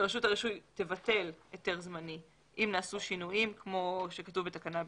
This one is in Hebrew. רשות הרישוי תבטל היתר זמני אם נעשו שינויים כמו שכתוב בתקנה (ב),